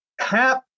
Hap